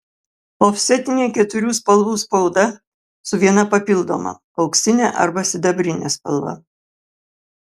ofsetinė keturių spalvų spauda su viena papildoma auksine arba sidabrine spalva